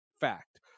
fact